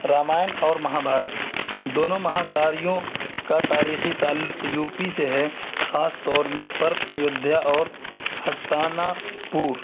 رامائن اور مہا بھارت دونوں مہاکاریوں کا تاریخی تعلق یو پی سے ہے خاص طور میں پر ایودھیا اور ہستانا پور